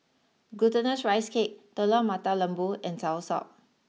Glutinous Rice Cake Telur Mata Lembu and Soursop